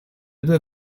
due